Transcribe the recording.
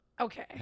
Okay